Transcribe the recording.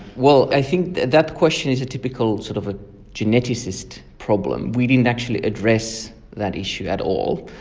well, i think that question is a typical sort of ah geneticist problem. we didn't actually address that issue at all,